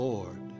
Lord